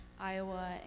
Iowa